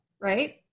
right